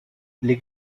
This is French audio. les